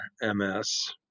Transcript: MS